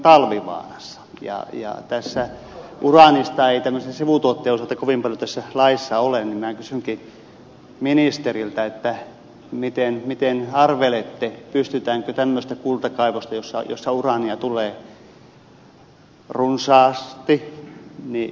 ja kun uraanista ei tämmöisen sivutuotteen osalta kovin paljon tässä laissa ole niin minä kysynkin ministeriltä mitä arvelette pystytäänkö tämmöistä kultakaivosta josta uraania tulee runsaasti hyödyntämään